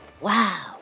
Wow